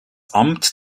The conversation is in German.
amt